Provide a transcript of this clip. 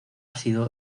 sido